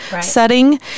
setting